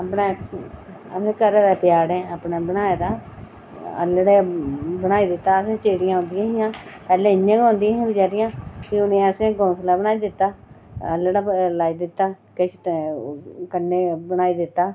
अपने अपने घरै दे प्याड़े अपने बनाए दा आह्लड़े बनाई दित्ता असें चिड़ियां औंदियां हियां पैह्लें इ'यां गै औंदियां हियां बचैरियां ते उ'नेंगी असें घौंसला बनाई दित्ता आह्लड़ा लाई दित्ता किश कन्नै बनाई दित्ता